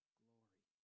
glory